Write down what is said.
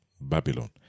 Babylon